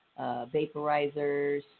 vaporizers